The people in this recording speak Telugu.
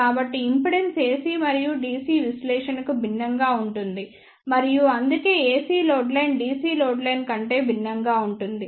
కాబట్టి ఇంపిడెన్స్ AC మరియు DC విశ్లేషణకు భిన్నంగా ఉంటుంది మరియు అందుకే AC load line DC load line కంటే భిన్నంగా ఉంటుంది